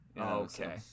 Okay